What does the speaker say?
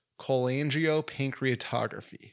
cholangiopancreatography